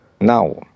Now